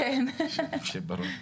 יושב בראשה.